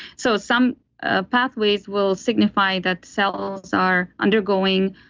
so some ah pathways will signify that the cells are undergoing